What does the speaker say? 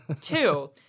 Two